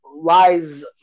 lies